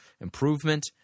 improvement